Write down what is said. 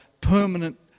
permanent